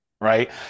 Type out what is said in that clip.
right